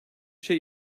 şey